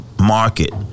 market